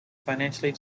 financially